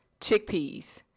chickpeas